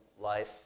life